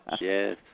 Yes